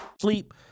Sleep